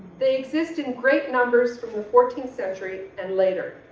they exist in great numbers from the fourteenth century and later.